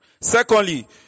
Secondly